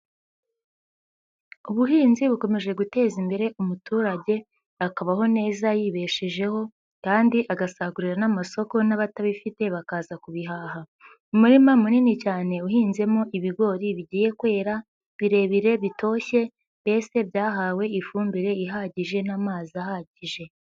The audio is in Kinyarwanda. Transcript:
Ubuhinzi bukomeje guteza imbere umuturage akabaho neza yibeshejeho kandi agasagurira n'amasoko n'abatabifite bakaza kubihaha. Umurima munini cyane uhinzemo ibigori bigiye kwera birebire bitoshye mbese byahawe ifumbire ihagije n'amazi ahagije.